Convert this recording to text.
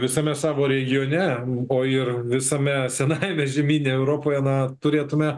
visame savo regione o ir visame senajame žemyne europoje na turėtume